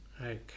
okay